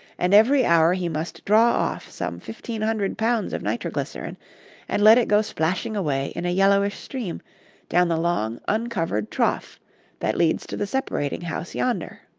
and every hour he must draw off some fifteen hundred pounds of nitroglycerin and let it go splashing away in a yellowish stream down the long, uncovered trough that leads to the separating-house yonder.